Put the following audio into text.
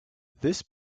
this